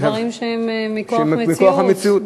דברים שהם מכורח המציאות,